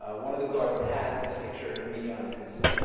ah one of the guards had a picture of me on his